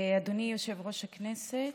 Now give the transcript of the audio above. אדוני יושב-ראש הכנסת,